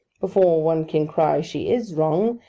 before one can cry she is wrong,